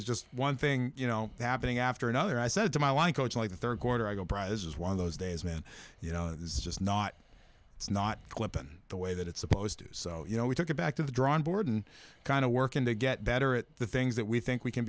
was just one thing you know happening after another i said to my line coach like the third quarter i go prizes one of those days man you know this is just not it's not clinton the way that it's supposed to so you know we took it back to the drawing board and kind of work and they get better at the things that we think we can